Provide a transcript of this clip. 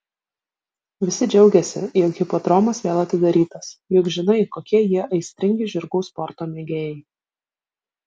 visi džiaugiasi jog hipodromas vėl atidarytas juk žinai kokie jie aistringi žirgų sporto mėgėjai